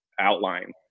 outline